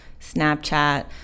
Snapchat